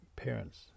Parents